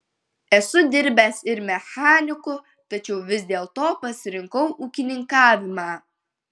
esu dirbęs ir mechaniku tačiau vis dėlto pasirinkau ūkininkavimą